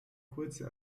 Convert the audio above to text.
kurze